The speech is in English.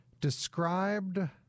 described